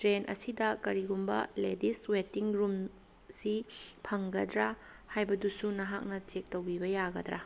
train ꯑꯁꯤꯗ ꯀꯔꯤꯒꯨꯝꯕ ladies waiting ꯔꯨꯝꯁꯤ ꯐꯪꯒꯗ꯭ꯔꯥ ꯍꯥꯏꯕꯗꯨꯁꯨ ꯅꯍꯥꯛꯅ ꯆꯦꯛ ꯇꯧꯕꯤꯕ ꯌꯥꯒꯗ꯭ꯔꯥ